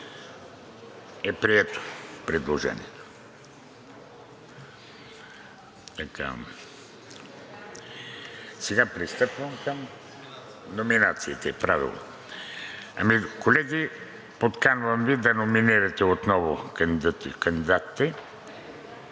се 1. Предложението е прието. Пристъпвам към номинациите. Колеги, подканвам Ви да номинирате отново кандидатите.